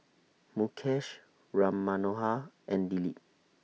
Mukesh Ram Manohar and Dilip